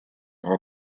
all